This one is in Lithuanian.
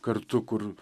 kartu kur